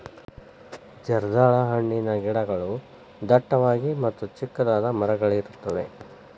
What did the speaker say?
ಜರ್ದಾಳ ಹಣ್ಣಿನ ಗಿಡಗಳು ಡಟ್ಟವಾಗಿ ಮತ್ತ ಚಿಕ್ಕದಾದ ಮರಗಳಿರುತ್ತವೆ